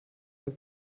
der